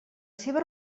seva